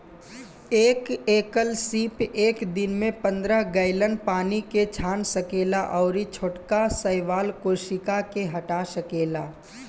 एक एकल सीप एक दिन में पंद्रह गैलन पानी के छान सकेला अउरी छोटका शैवाल कोशिका के हटा सकेला